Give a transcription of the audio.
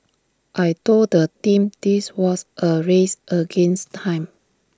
I Told the team this was A race against time